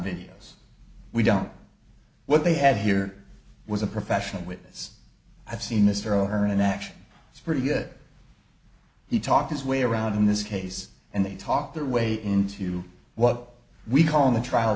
videos we don't what they had here was a professional witness i've seen this for over an action it's pretty good he talked his way around in this case and they talk their way into what we call in the trial